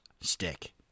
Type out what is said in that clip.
stick